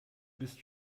bist